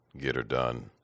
get-her-done